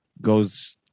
goes